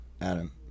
Adam